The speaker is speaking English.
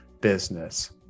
business